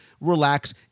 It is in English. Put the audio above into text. relax